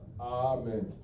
Amen